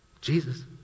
Jesus